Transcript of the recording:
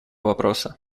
вопроса